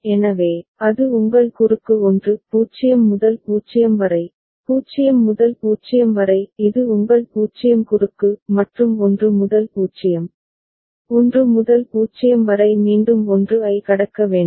எனவே அது உங்கள் குறுக்கு 1 0 முதல் 0 வரை 0 முதல் 0 வரை இது உங்கள் 0 குறுக்கு மற்றும் 1 முதல் 0 1 முதல் 0 வரை மீண்டும் 1 ஐ கடக்க வேண்டும்